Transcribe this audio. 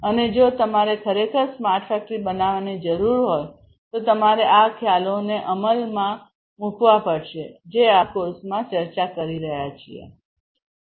અને જો તમારે ખરેખર સ્માર્ટ ફેક્ટરી બનાવવાની જરૂર છે તો તમારે આ ખ્યાલોને અમલમાં મૂકવા પડશે જે આપણે આ કોર્સમાં ચર્ચા કરી રહ્યા છીએ